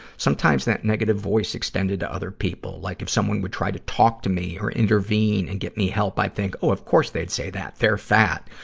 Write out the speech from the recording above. sometimes, that negative voice extended to other people. like if someone would try to talk to me or intervene and get me help. i'd think, oh, of course they'd say that. they're fat.